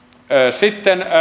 sitten